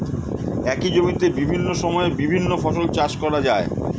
একই জমিতে বিভিন্ন সময়ে বিভিন্ন ফসল চাষ করা যায়